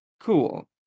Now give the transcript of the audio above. cool